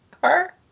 car